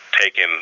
taken